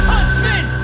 Huntsman